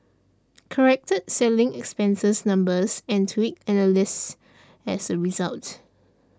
corrected selling expenses numbers and tweaked analyses as a result